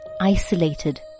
isolated